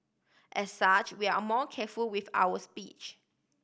as such we are a more careful with our speech